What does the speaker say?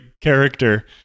character